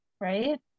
right